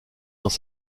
dans